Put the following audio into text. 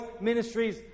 ministries